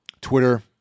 Twitter